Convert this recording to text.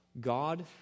God